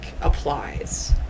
applies